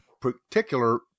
particular